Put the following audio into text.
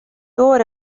دور